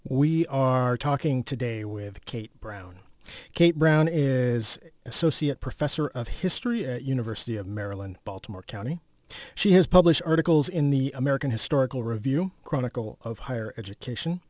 we are talking today with kate brown kate brown is associate professor of history at university of maryland baltimore county she has published articles in the american historical review chronicle of higher education